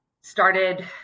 started